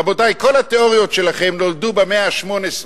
רבותי, כל התיאוריות שלכם נולדו במאה ה-18,